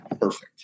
perfect